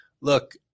Look